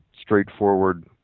straightforward